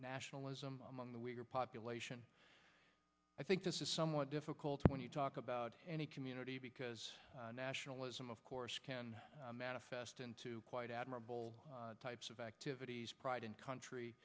nationalism among the weaker population i think this is somewhat difficult when you talk about any community because nationalism of course can manifest into quite admirable types of activities pride in country